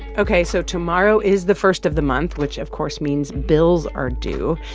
ok, so tomorrow is the first of the month, which, of course, means bills are due.